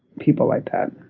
people like that.